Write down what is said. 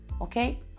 okay